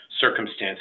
circumstances